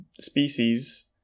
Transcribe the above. species